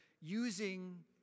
using